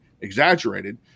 exaggerated